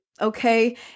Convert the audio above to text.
okay